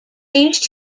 changed